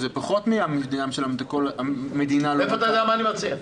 שזה פחות מהמדינה משלמת הכול --- מאיפה אתה יודע מה אני מציע?